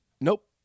Nope